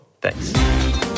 Thanks